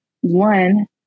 one